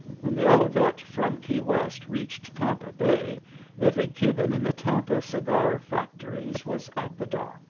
when the olivette from key west reached tampa bay every cuban in the tampa cigar factories was at the dock.